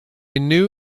new